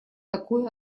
такое